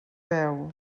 veu